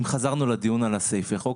אם חזרנו לדיון על סעיפי החוק,